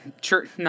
church